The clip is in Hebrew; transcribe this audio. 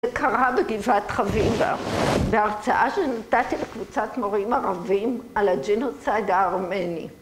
זה קרה בגבעת חביבה, בהרצאה שנתתי לקבוצת מורים ערבים על הג'ינוסייד הארמני.